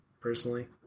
personally